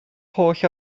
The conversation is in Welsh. holl